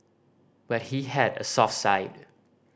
but he had a soft side